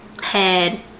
head